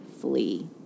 flee